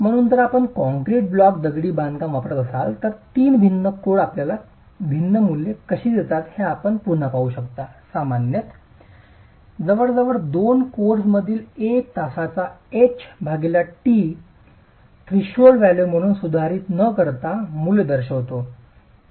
म्हणून जर आपण कॉंक्रीट ब्लॉक दगडी बांधकाम वापरत असाल तर तीन भिन्न कोड आपल्याला भिन्न मूल्ये कशी देतात हे आपण पुन्हा पाहू शकता आपण सामान्यत जवळजवळ दोन कोड्स मधील एका तासाचा h t कडे थ्रेशोल्ड व्हॅल्यू म्हणून सुधारित न करता मूल्य दर्शवितो